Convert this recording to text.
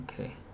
Okay